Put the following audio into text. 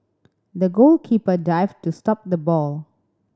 the goalkeeper dived to stop the ball